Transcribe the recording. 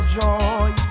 joy